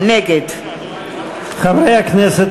נגד חברי הכנסת,